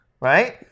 right